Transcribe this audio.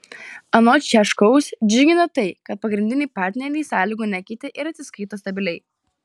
anot šiaškaus džiugina tai kad pagrindiniai partneriai sąlygų nekeitė ir atsiskaito stabiliai